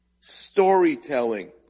storytelling